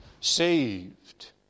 saved